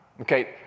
Okay